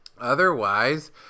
otherwise